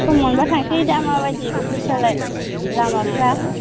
सम मोनबा थांसै दा माबायदि बोथोरफ्रालाय लामाफ्रा